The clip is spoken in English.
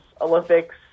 Olympics